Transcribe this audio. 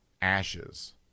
Ashes